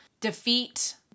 defeat